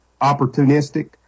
opportunistic